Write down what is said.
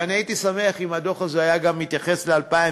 ואני הייתי שמח אם הדוח הזה היה גם מתייחס ל-2012,